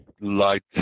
Light